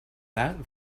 that